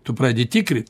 tu pradedi tikrint